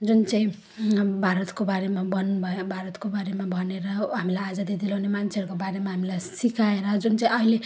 जुन चाहिँ अब भारतको बारेमा भन्नुभयो भारतको बारेमा भनेर हामीलाई आजादी दिलाउने मान्छेहरूको बारेमा हामीलाई सिकाएर जुन चाहिँ अहिले